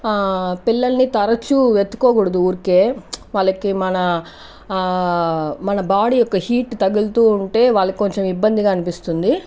పిల్లల్ని తరచు ఎత్తుకోకూడదు ఊరికే వాళ్లకి మన మన బాడీ యొక్క హీట్ తగులుతూ ఉంటే వాళ్ళకి కొంచెం ఇబ్బందిగా అనిపిస్తుంది